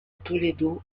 toledo